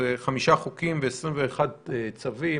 אלה 5 חוקים ו-21 צווים.